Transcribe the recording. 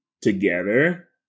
together